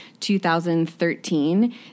2013